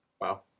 Wow